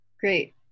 Great